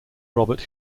robert